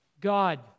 god